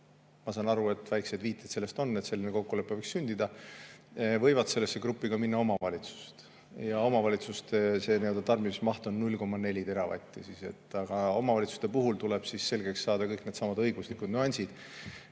ma saan aru, et väikseid viiteid sellele on, et selline kokkulepe võiks sündida –, võivad sellesse gruppi minna ka omavalitsused. Omavalitsuste tarbimismaht on 0,4 teravatti. Aga omavalitsuste puhul tuleb selgeks saada kõik needsamad õiguslikud nüansid.